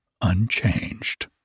unchanged